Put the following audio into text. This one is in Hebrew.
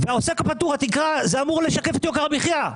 תקרת העוסק הפטור אמורה לשקף את יוקר המחיה.